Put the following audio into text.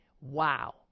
wow